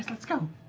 let's go!